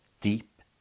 deep